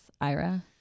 Ira